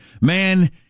Man